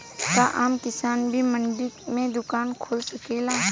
का आम किसान भी मंडी में दुकान खोल सकेला?